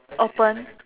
open